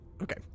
Okay